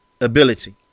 ability